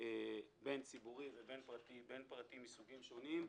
בין ציבורי ובין פרטי מסוגים שונים.